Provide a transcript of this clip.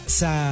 sa